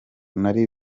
nari